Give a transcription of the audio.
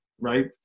right